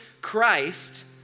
Christ